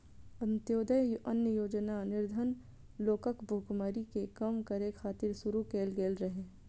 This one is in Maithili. अंत्योदय अन्न योजना निर्धन लोकक भुखमरी कें कम करै खातिर शुरू कैल गेल रहै